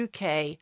uk